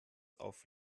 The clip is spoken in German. auf